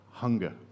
hunger